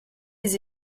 les